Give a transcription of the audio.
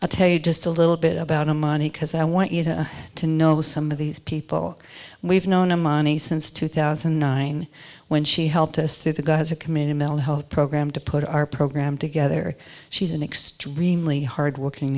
of tell you just a little bit about a money because i want you to to know some of these people we've known a mani since two thousand and nine when she helped us through the gaza committed mail health program to put our program together she's an extremely hard working